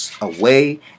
away